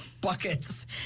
buckets